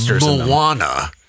Moana